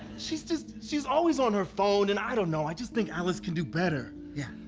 she's just, she's always on her phone, and i don't know. i just think alice can do better yeah,